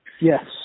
Yes